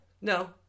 no